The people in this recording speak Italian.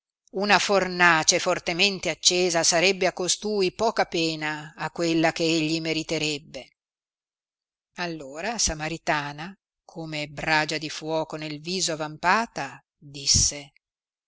una fornace fortemente accesa sarebbe a costui poca pena a quella che egli meriterebbe allora samaritana come bragia di fuoco nel viso avampata disse